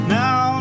now